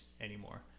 anymore